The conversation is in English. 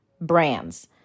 brands